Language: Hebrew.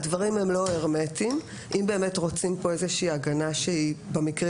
והדברים הם לא הרמטיים - אם באמת רוצים כאן איזושהי הגנה שהיא במקרים